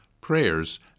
prayers